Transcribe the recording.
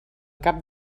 cap